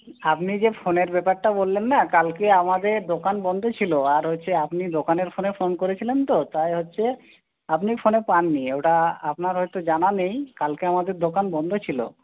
আপনি যে ফোনের ব্যপারটা বললেন না কালকে আমাদের দোকান বন্ধ ছিল আর হচ্ছে আপনি দোকানের ফোনে ফোন করেছিলেন তো তাই হচ্ছে আপনি ফোনে পাননি ওটা আপনার হয়তো জানা নেই কালকে আমাদের দোকান বন্ধ ছিল